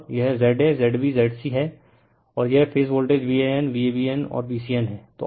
और यह Z a Z b Z c है और यह phase voltage VAN V BN और VCN है